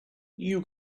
you